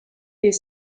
est